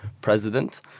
president